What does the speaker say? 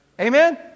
Amen